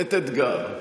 באמת אתגר,